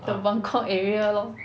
the buangkok area lor